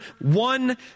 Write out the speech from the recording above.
one